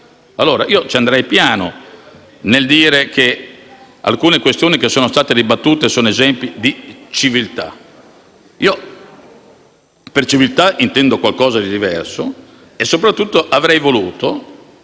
Dunque, ci andrei piano nel dire che alcune questioni che sono state dibattute sono esempi di civiltà. Per civiltà intendo qualcosa di diverso e soprattutto avrei voluto